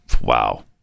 wow